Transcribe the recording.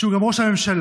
שהוא גם ראש הממשלה,